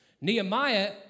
Nehemiah